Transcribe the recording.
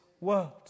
world